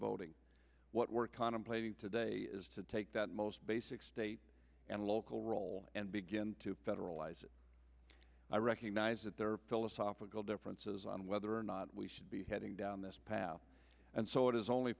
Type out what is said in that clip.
voting what we're contemplating today is to take that most basic state and local all and begin to federalize it i recognize that there are philosophical differences on whether or not we should be heading down this path and so it is only